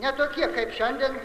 ne tokie kaip šiandien